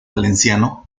valenciano